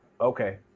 okay